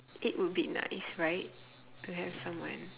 it would be nice right to have someone